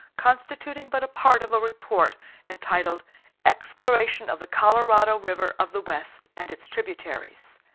constituting but a part of a report entitled exploration of the colorado river of the west and its tributaries.